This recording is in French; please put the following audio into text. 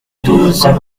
douze